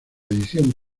edición